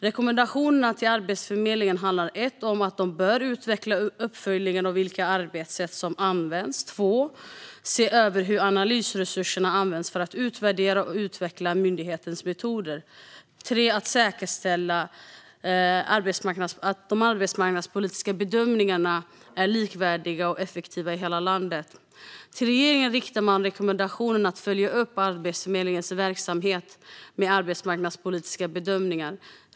Rekommendationerna till Arbetsförmedlingen handlar om att de bör utveckla uppföljningen av vilka arbetssätt som används, se över hur analysresurserna används för att utvärdera och utveckla myndighetens metoder och säkerställa att de arbetsmarknadspolitiska bedömningarna är likvärdiga och effektiva i hela landet. Till regeringen riktar man rekommendationen att följa upp Arbetsförmedlingens verksamhet med arbetsmarknadspolitiska bedömningar.